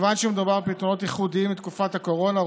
מכיוון שמדובר בפתרונות ייחודיים לתקופת הקורונה,